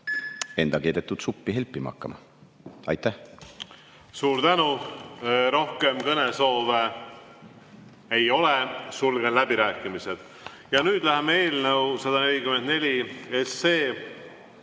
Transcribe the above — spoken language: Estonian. enda keedetud suppi helpima hakkama. Aitäh! Suur tänu! Rohkem kõnesoove ei ole. Sulgen läbirääkimised. Nüüd läheme eelnõu 144